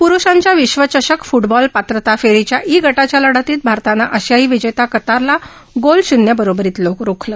प्रुषांच्या विश्वचषक फूटबॉल पात्रता फेरीच्या ई गटाच्या लढतीत भारतानं आशियाई विजेता कतारला गोल शून्य बरोबरीत रोखलं